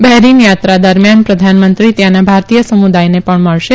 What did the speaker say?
Bahrain યાત્રા દરમિયાન પ્રધાનમંત્રી ત્યાંના ભારતીય સમુદાયને પણ મળશે